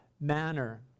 manner